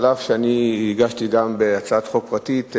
אף שאני הגשתי גם הצעת חוק פרטית,